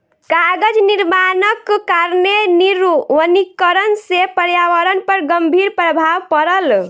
कागज निर्माणक कारणेँ निर्वनीकरण से पर्यावरण पर गंभीर प्रभाव पड़ल